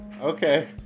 Okay